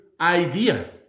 idea